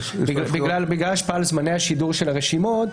בגלל ההשפעה על זמני השידור של הרשימות,